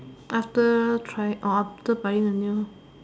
after trying or after buying a new